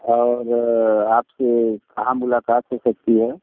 और आपसे कहाँ मुलाकात हो सकती है